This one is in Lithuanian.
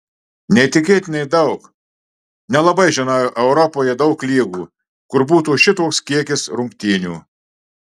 neįtikėtinai daug nelabai žinau europoje daug lygų kur būtų šitoks kiekis rungtynių